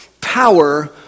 power